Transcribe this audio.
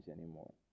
anymore